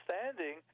understanding